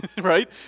right